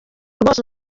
rwose